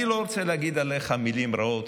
אני לא רוצה להגיד עליך מילים רעות,